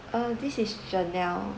oh this is janelle